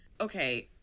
okay